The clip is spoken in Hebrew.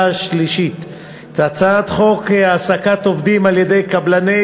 השלישית את הצעת חוק העסקת עובדים על-ידי קבלני